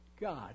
God